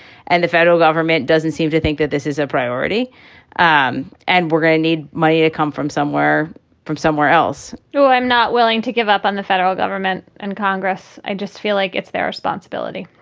and the federal government doesn't seem to think that this is a priority um and we're going to need money to come from somewhere from somewhere else so i'm not willing to give up on the federal government and congress. i just feel like it's their responsibility.